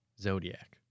Zodiac